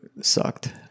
sucked